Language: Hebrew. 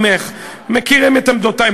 מכירים את עמדותי,